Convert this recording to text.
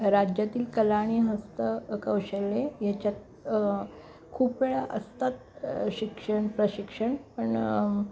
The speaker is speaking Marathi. राज्यातील कला आणि हस्त कौशल्ये याच्यात खूप वेळा असतात शिक्षण प्रशिक्षण पण